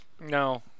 no